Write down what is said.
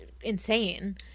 insane